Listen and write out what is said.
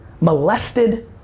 molested